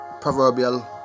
proverbial